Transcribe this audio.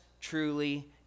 truly